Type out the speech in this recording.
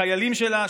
כחיילים שלה,